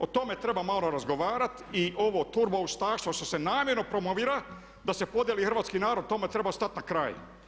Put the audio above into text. O tome treba malo razgovarati i ovo turboustaštvo što se namjerno promovira da se podjeli hrvatski narod, tome treba stati na kraj.